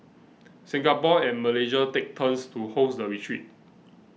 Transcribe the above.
Singapore and Malaysia take turns to host the retreat